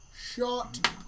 shot